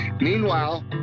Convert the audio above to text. Meanwhile